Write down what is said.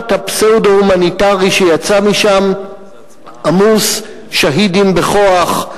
הפסאודו-הומניטרי שיצא משם עמוס שהידים בכוח,